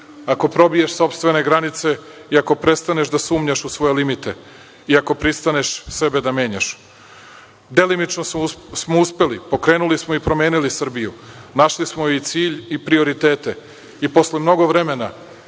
ako probiješ sopstvene granice i ako prestaneš da sumnjaš u svoje limite i ako pristaneš sebe da menjaš. Delimično smo uspeli. Pokrenuli smo i promenili Srbiju, našli smo joj cilj i prioritete i posle mnogo vremena